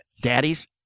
Daddies